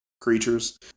creatures